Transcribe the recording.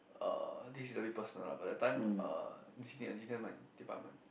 uh this is a bit personal ah but that time uh the Gina my department